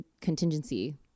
contingency